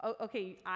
Okay